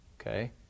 Okay